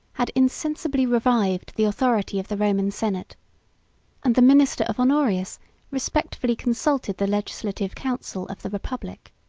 had insensibly revived the authority of the roman senate and the minister of honorius respectfully consulted the legislative council of the republic.